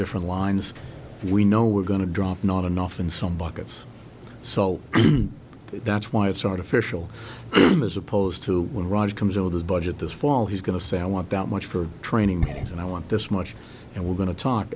different lines we know we're going to drop not enough and some buckets salt that's why it's artificial as opposed to when raj comes over the budget this fall he's going to say i want that much for training and i want this much and we're going t